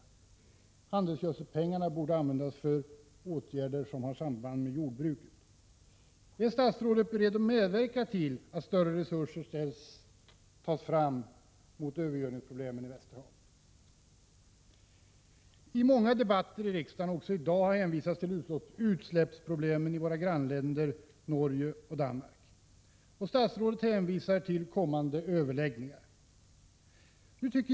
Pengarna från handelsgödselavgifterna borde användas för åtgärder som har samband med jordbruket. Är statsrådet beredd att medverka till att större resurser sätts in mot övergödningsproblemen i Västerhavet? I många debatter i riksdagen, också i dag, har hänvisats till utsläppsproblemen i våra grannländer Norge och Danmark. Statsrådet hänvisar till kommande överläggningar.